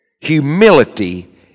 Humility